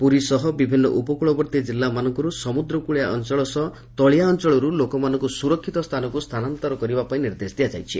ପୁରୀ ସହ ବିଭିନ୍ନ ଉପକୃବର୍ଭୀ ଜିଲ୍ଲାମାନଙ୍କରୁ ସମୁଦ୍ରକୁଳିଆ ଅଞଳ ସହ ତଳିଆ ଅଞଳରୁ ଲୋକଙ୍କୁ ସୁରକିତ ସ୍ତାନକୁ ସ୍ତାନାନ୍ତର କରିବାପାଇଁ ନିର୍ଦ୍ଦେଶ ଦିଆଯାଇଛି